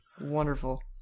Wonderful